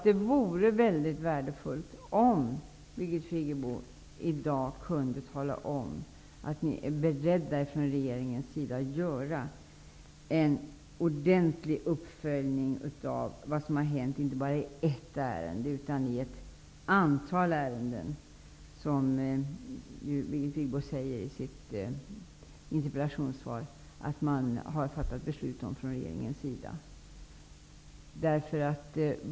Det vore väldigt värdefullt om Birgit Friggebo i dag kunde tala om att regeringen är beredd att göra en ordentlig uppföljning av vad som hänt inte bara i ett ärende, utan i ett antal ärenden. Birgit Friggebo säger i sitt interpellationssvar att regeringen har fattat beslut om detta.